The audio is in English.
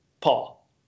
Paul